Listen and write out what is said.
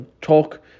Talk